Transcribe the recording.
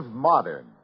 Modern